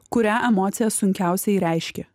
kurią emociją sunkiausiai reiški